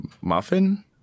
Muffin